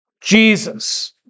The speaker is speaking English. Jesus